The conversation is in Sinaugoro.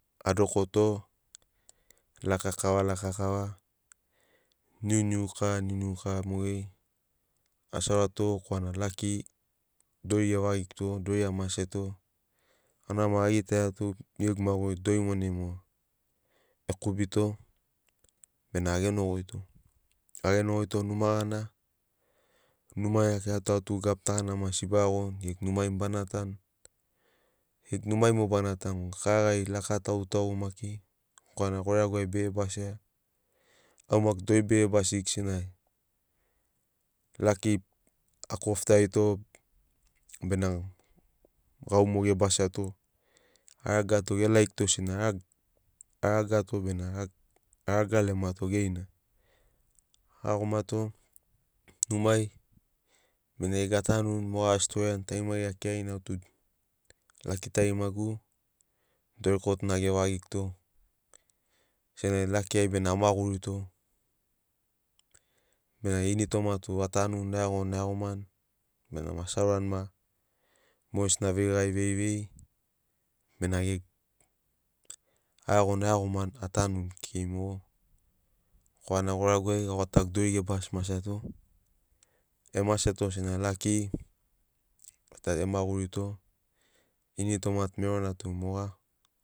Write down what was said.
Adokoto laka kava laka kava, niuniu kava niuniu kava mogeri asi aurato korana laki dori gevagiguto dori amaseto auna maki agitaiani tu gegu maguri dori monai mogo ekubito ena agenogoito. Agenogoito numa gana numai akirato au tu gabu ta gana maki asi baiagoni gegu numai mogo bana gegu numai mogo bana tanu karagari laka tagui tagui maki korana goiragu ai bege basia au maki dori bege basigu sena laki akofutarito bena gau mogo ge basiato aragato ge laiguto senagi aragato bena araga lemato geri na a iagomato numai bena gegu atanuni mogo asotriani tarima geri akiragini au tu laki tarimagu dori kotuna gevagiguto sena laki ai bena amagurito. Bena ini toma tu atanuni aiagoni aiagomani benamo asi aurani ma mogesina veigari veivei bena gegu aiagoni aiagomani atanuni kekei mogo korana goiragu ai au gatagu dori gebasi maseato emaseto sena laki a emagurito initoma merona tu moga